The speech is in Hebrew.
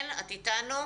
שלום לכולם.